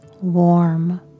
warm